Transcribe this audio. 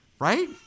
right